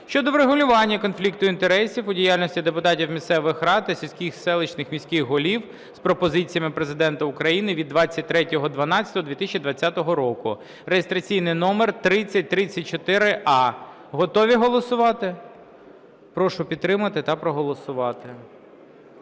щодо врегулювання конфлікту інтересів у діяльності депутатів місцевих рад та сільських, селищних, міських голів з пропозиціями Президента України від 23.12.2020 року (реєстраційний номер 3034а). Готові голосувати? Прошу підтримати та проголосувати.